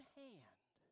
hand